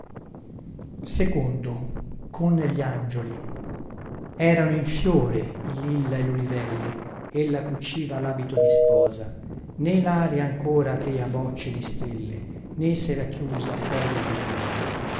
giorno intiero erano in fiore i lilla e lulivelle ella cuciva labito di sposa né laria ancora aprìa bocci di stelle né sera chiusa foglia di mimosa